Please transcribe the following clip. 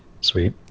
Sweet